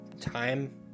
time